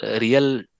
real